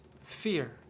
fear